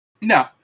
No